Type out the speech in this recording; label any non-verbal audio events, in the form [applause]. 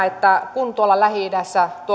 [unintelligible] että kun tuolla lähi idässä